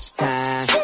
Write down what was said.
time